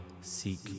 seek